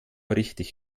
richtig